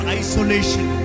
isolation